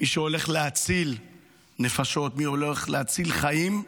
מי שהולך להציל נפשות, מי שהולך להציל חיים,